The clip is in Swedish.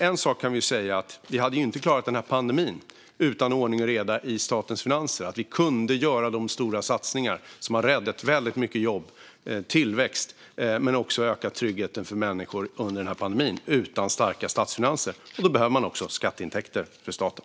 En sak kan vi säga: Vi hade inte klarat pandemin utan ordning och reda i statens finanser så att vi kunde göra de stora satsningar som har räddat väldigt många jobb och tillväxt men också ökat tryggheten för människor under pandemin. Detta hade inte gått utan starka statsfinanser. Då behöver man också skatteintäkter till staten.